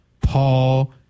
paul